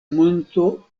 monto